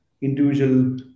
individual